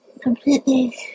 completely